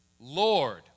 Lord